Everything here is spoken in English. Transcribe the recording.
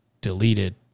deleted